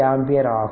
25 ampere